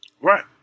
Right